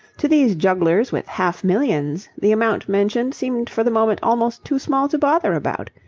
to these jugglers with half-millions the amount mentioned seemed for the moment almost too small to bother about.